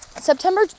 September